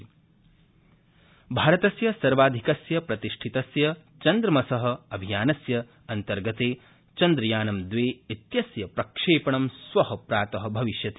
चन्द्रयानं द्वे भारतस्य सर्वाधिकस्य प्रतिष्ठितस्य चन्द्रमस अभियानस्य अन्तर्गते चन्द्रयानं द्वे इत्यस्य प्रक्षेपणं श्व प्रात भविष्यति